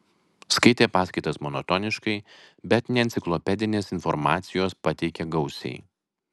skaitė paskaitas monotoniškai bet neenciklopedinės informacijos pateikė gausiai